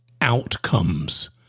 outcomes